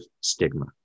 stigma